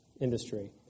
industry